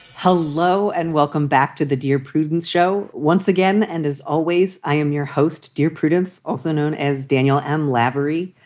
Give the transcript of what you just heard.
hello and welcome back to the dear prudence show once again. and as always, i am your host, dear prudence, also known as daniel m. lavery.